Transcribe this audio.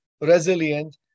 resilient